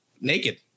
naked